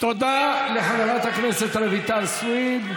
תודה לחברת הכנסת רויטל סויד.